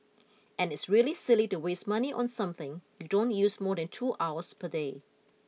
and it's really silly to waste money on something you don't use more than two hours per day